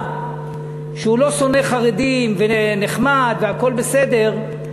שהוא לא שונא חרדים ונחמד והכול בסדר,